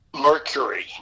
Mercury